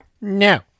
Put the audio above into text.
No